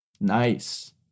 nice